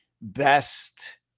best